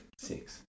Six